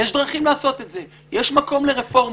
יש דרכים לעשות את זה, יש מקום לרפורמות.